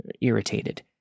irritated